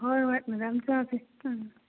ꯍꯣꯏ ꯍꯣꯏ ꯃꯦꯗꯥꯝ ꯆꯥꯁꯤ